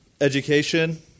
Education